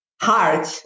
heart